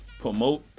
promote